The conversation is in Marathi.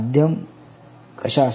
माध्यम कशासाठी